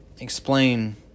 explain